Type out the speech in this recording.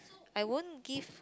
I won't give